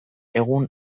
egun